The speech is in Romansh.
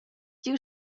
giu